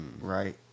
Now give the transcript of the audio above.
right